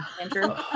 Andrew